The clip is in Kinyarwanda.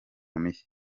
mishya